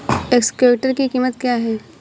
Excavator की कीमत क्या है?